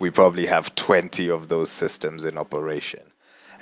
we probably have twenty of those systems in operation